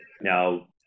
Now